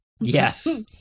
yes